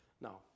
Now